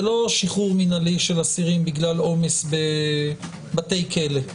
זה לא שחרור מינהלי של אסירים בגלל עומס בבתי כלא.